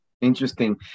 Interesting